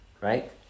right